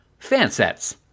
Fansets